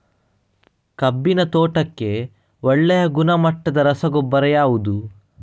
ಕಬ್ಬಿನ ತೋಟಕ್ಕೆ ಒಳ್ಳೆಯ ಗುಣಮಟ್ಟದ ರಸಗೊಬ್ಬರ ಯಾವುದು?